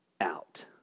out